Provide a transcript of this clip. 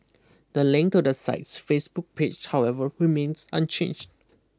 the link to the site's Facebook page however remains unchanged